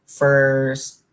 first